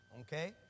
okay